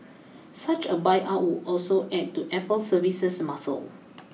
such a buyout would also add to Apple's services muscle